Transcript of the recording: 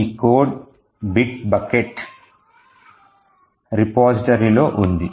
ఈ code bit bucket రిపోజిటరీలో ఉంది